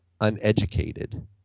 uneducated